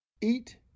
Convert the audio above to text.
eat